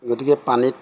গতিকে পানীত